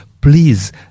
please